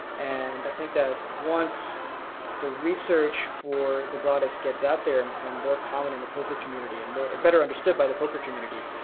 and i think that once the research for lebradas gets out there and become more common in the poker community and better understood by the poker community,